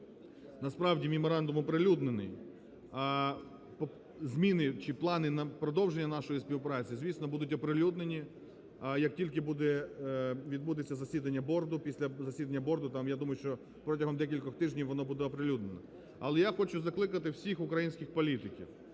Насправді меморандум оприлюднений. Зміни чи плани на продовження нашої співпраці, звісно, будуть оприлюднені, як тільки відбудеться засідання борду, після засідання борду, там я думаю, що протягом декількох тижнів воно буде оприлюднено. Але я хочу закликати всіх українських політиків.